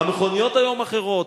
המכוניות היום אחרות,